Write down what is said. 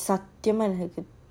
சத்தியமாஎனக்கு:sathyama enaku